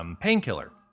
painkiller